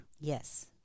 Yes